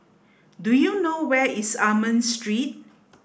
do you know where is Almond Street